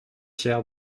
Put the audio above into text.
fiers